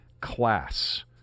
class